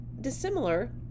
dissimilar